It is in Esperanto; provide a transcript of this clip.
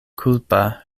kulpa